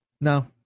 No